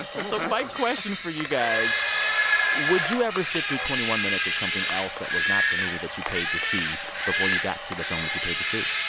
so my question for you guys would you ever sit through twenty one minutes of something else that was not the movie that you paid to see before you got to the film that you paid to see?